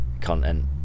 content